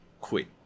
quit